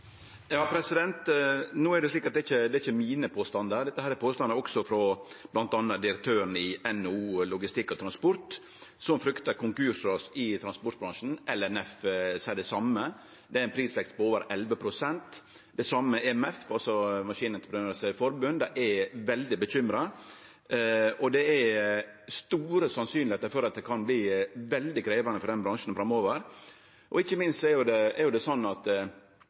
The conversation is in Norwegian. No er det slik at det ikkje er mine påstandar. Dette er påstandar frå bl.a. direktøren i NHO Logistikk og Transport, som fryktar konkursras i transportbransjen. LNF seier det same. Det er ein prisvekst på over 11 pst. Det same seier MEF, altså Maskinentreprenørenes Forbund. Dei er veldig bekymra, og det er veldig sannsynleg at det kan verte veldig krevjande for den bransjen framover. Ikkje minst er det, eg har også høyrt det